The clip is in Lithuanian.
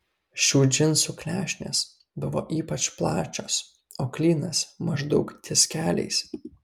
šių džinsų klešnės buvo ypač plačios o klynas maždaug ties keliais